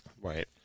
Right